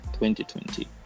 2020